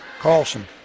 Carlson